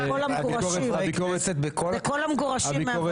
כל המגורשים.